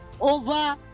over